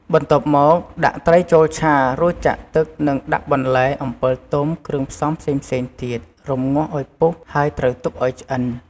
បន្ទាប់មកដាក់ត្រីចូលឆា រួចចាក់ទឹក និងដាក់បន្លែ អំពិលទុំ គ្រឿងផ្សំផ្សេងៗទៀត រម្ងាស់ឱ្យពុះ ហើយត្រូវទុកឱ្យឆ្អិន។